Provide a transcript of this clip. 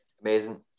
amazing